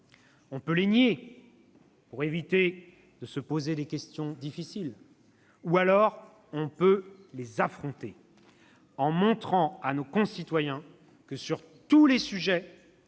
On peut les nier, pour éviter de se poser des questions difficiles. Ou, alors, on peut les affronter, en montrant à nos concitoyens que, sur tous les sujets,